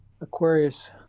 Aquarius